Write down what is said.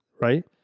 Right